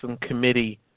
committee